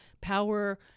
power